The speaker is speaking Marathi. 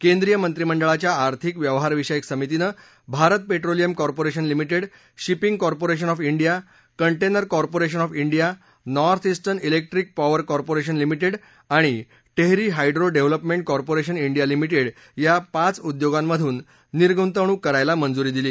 केंद्रीय मंत्रिमंडळाच्या आर्थिक व्यवहार विषयक समितीनं Bharat petroleum corporation limited shipping corporation of India container corporation of India north eastern electric power corporation limited आणि Tehri hydro development corporation India limited या पाच उद्योगांमधून निर्गुतवणूक करायला मंजुरी दिली